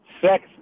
sex